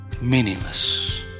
Meaningless